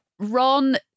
Ron